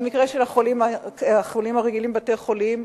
במקרה של החולים הרגילים בבתי-החולים,